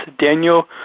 Daniel